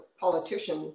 politician